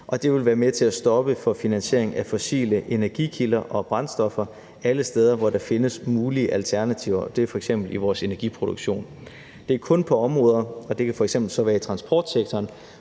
Det vil være med til at stoppe for finansiering af fossile energikilder og brændstoffer alle steder, hvor der findes mulige alternativer; det er f.eks. i vores energiproduktion. Det er kun på områder, hvor kommercielle eller skalerbare